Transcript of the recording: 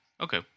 okay